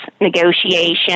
negotiation